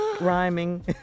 Rhyming